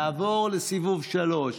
יעבור לסיבוב 3,